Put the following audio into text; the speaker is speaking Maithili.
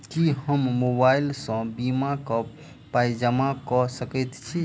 की हम मोबाइल सअ बीमा केँ पाई जमा कऽ सकैत छी?